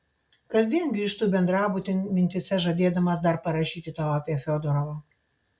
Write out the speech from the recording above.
kasdien grįžtu bendrabutin mintyse žadėdamas dar parašyti tau apie fiodorovą